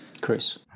Chris